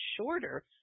shorter